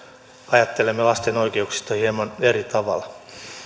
ajattelemme lasten oikeuksista hieman eri tavalla